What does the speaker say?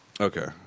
okay